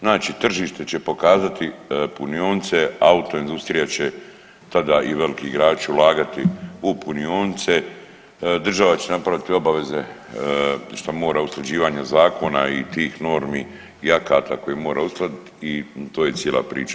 Znači tržište će pokazati punionice, autoindustrija će tada i veliki igrači ulagati u punionice, država će napraviti obaveze šta mora usklađivanja zakona i tih normi i akata koje mora uskladiti i to je cijela priča.